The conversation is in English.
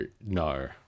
no